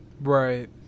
Right